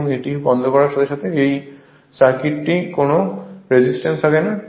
এবং এটি বন্ধ করার সাথে সাথে এই সার্কিটে কোনও রেজিস্ট্যান্স থাকে না